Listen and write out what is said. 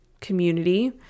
community